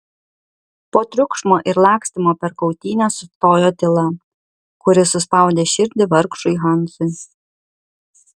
po triukšmo ir lakstymo per kautynes stojo tyla kuri suspaudė širdį vargšui hansui